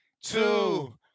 two